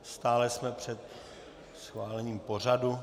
Stále jsme před schválením pořadu.